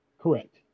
Correct